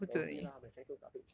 probably lah my chinese so garbage